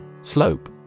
Slope